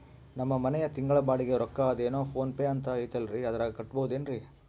ನಮ್ಮ ಮನೆಯ ತಿಂಗಳ ಬಾಡಿಗೆ ರೊಕ್ಕ ಅದೇನೋ ಪೋನ್ ಪೇ ಅಂತಾ ಐತಲ್ರೇ ಅದರಾಗ ಕಟ್ಟಬಹುದೇನ್ರಿ?